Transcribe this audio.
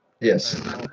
Yes